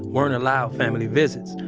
weren't allowed family visits.